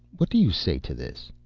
what do you say to this?